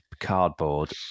cardboard